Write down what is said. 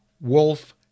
wolf